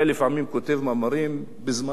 בזמני כתבתי מאמר ואמרתי: